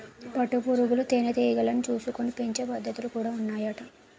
పట్టు పురుగులు తేనె టీగలను చూసుకొని పెంచే పద్ధతులు కూడా ఉన్నాయట